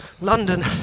London